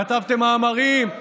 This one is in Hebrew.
כתבתם מאמרים.